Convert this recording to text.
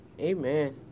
Amen